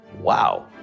Wow